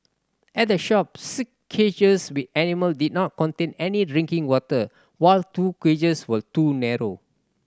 at the shop six cages with animal did not contain any drinking water while two cages were too narrow